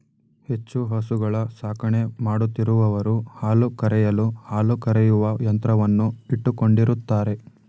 ಹೆಚ್ಚು ಹಸುಗಳ ಸಾಕಣೆ ಮಾಡುತ್ತಿರುವವರು ಹಾಲು ಕರೆಯಲು ಹಾಲು ಕರೆಯುವ ಯಂತ್ರವನ್ನು ಇಟ್ಟುಕೊಂಡಿರುತ್ತಾರೆ